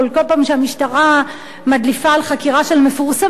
כל פעם שהמשטרה מדליפה על חקירה של מפורסמים,